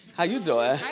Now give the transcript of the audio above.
how you doin'? hi